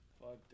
Fuck